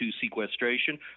sequestration